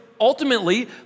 ultimately